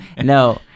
No